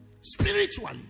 Spiritually